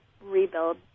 rebuild